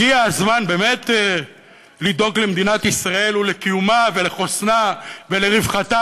הגיע הזמן באמת לדאוג למדינת ישראל ולקיומה ולחוסנה ולרווחתה,